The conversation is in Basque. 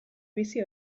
bizi